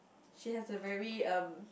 she has a very um